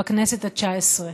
בכנסת התשע-עשרה.